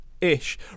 Ish